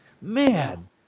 man